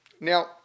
now